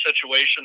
situation